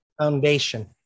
foundation